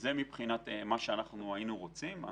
זה מה שאנחנו היינו רוצים.